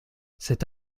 cette